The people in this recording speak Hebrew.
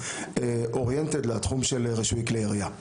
מכוונים לתחום של רישוי כלי ירייה.